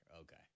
Okay